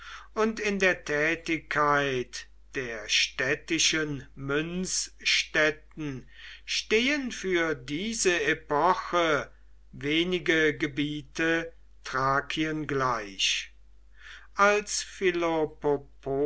und in der tätigkeit der städtischen münzstätten stehen für diese epoche wenige gebiete thrakien gleich als